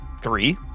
three